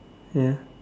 ya